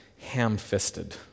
ham-fisted